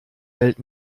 welt